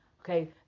okay